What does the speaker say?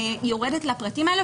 יורדת לפרטים האלה